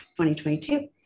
2022